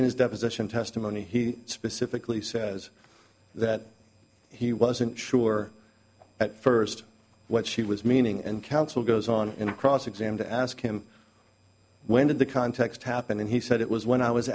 in his deposition testimony he specifically says that he wasn't sure at first what she was meaning and counsel goes on in a cross exam to ask him when did the context happen and he said it was when i was